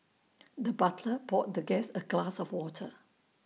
the butler poured the guest A glass of water